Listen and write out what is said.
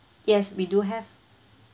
yes we do have